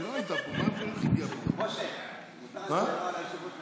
תודה רבה, אדוני היושב-ראש.